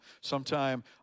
sometime